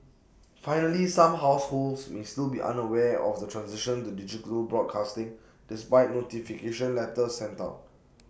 finally some households may still be unaware of the transition to digital broadcasting despite notification letters sent out